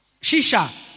Shisha